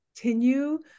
continue